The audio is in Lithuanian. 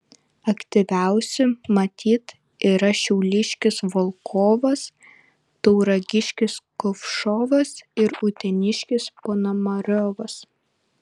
aktyviausi matyt yra šiauliškis volkovas tauragiškis kovšovas ir uteniškis ponomariovas